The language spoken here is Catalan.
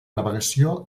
navegació